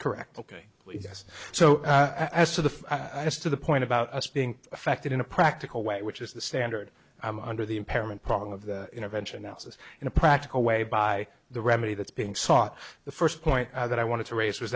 correct ok yes so as to the i guess to the point about us being affected in a practical way which is the standard under the impairment problem of the intervention ounces in a practical way by the remedy that's being sought the first point that i wanted to raise was